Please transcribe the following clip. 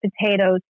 potatoes